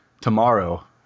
tomorrow